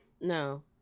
No